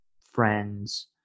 friends